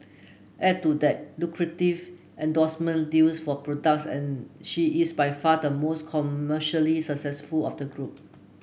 add to that lucrative endorsement deals for products and she is by far the most commercially successful of the group